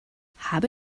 habe